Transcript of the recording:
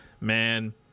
man